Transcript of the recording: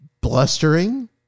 blustering